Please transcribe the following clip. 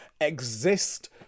exist